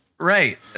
Right